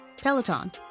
Peloton